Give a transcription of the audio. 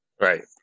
right